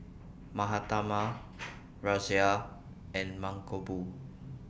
Mahatma Razia and Mankombu